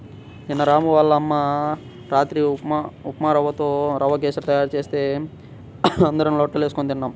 నిన్న రాము వాళ్ళ అమ్మ రాత్రి ఉప్మారవ్వతో రవ్వ కేశరి తయారు చేస్తే అందరం లొట్టలేస్కొని తిన్నాం